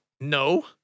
No